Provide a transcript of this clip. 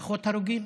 פחות הרוגים.